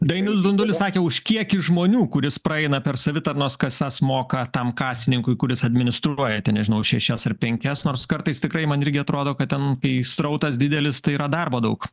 dainius dundulis sakė už kiekį žmonių kuris praeina per savitarnos kasas moka tam kasininkui kuris administruoja ten nežinau šešias ar penkias nors kartais tikrai man irgi atrodo kad ten kai srautas didelis tai yra darbo daug